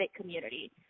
community